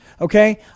okay